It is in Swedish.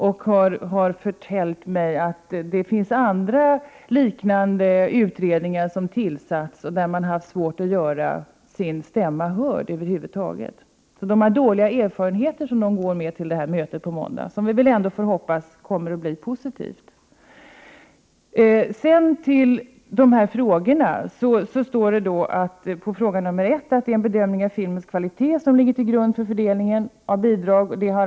De har förtäljt mig att andra, liknande utredningar har tillsatts och att de där har haft svårt att över huvud taget göra sin stämma hörd. De går alltså till mötet på måndag med dåliga erfarenheter. Vi får dock hoppas att mötet blir positivt. På min första fråga svarar Bengt Göransson att det är en bedömning av filmens kvalitet som ligger till grund för fördelning av bidrag.